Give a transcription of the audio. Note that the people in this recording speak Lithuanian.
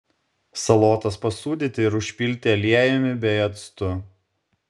salotas pasūdyti ir užpilti aliejumi bei actu